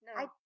No